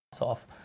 off